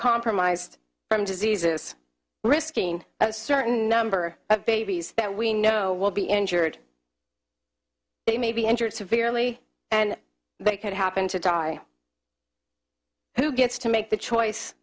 compromised from diseases risking a certain number of babies that we know will be injured they may be injured severely and they could happen to die who gets to make the choice